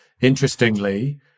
interestingly